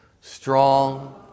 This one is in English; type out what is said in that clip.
Strong